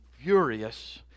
furious